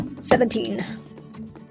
seventeen